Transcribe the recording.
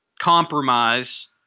compromise